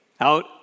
out